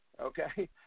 okay